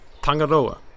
Tangaroa